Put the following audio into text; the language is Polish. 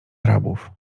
arabów